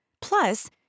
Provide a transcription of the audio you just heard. Plus